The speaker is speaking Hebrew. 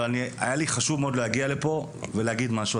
אבל היה לי חשוב מאוד להגיע לפה ולהגיד משהו,